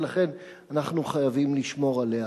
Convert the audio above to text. ולכן אנחנו חייבים לשמור עליה